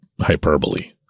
hyperbole